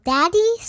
Daddy